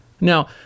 Now